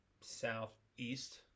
southeast